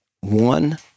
one